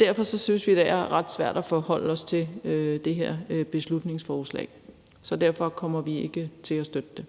Derfor synes vi, det her beslutningsforslag er ret svært at forholde os til, så derfor kommer vi ikke til at støtte det.